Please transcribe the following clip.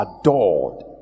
adored